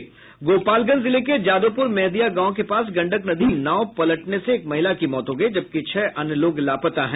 गोपालगंज जिले के जादोपुर मेहदिया गांव के पास गंडक नदी में नाव पलटने सें एक महिला की मौत हो गयी जबकि छह अन्य लोग लापता हैं